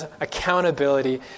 accountability